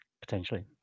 potentially